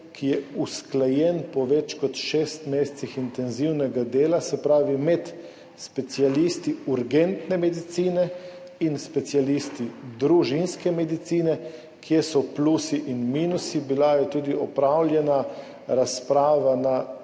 ki je usklajen po več kot šestih mesecih intenzivnega dela med specialisti urgentne medicine in specialisti družinske medicine, kje so plusi in minusi. Opravljena je bila tudi razprava na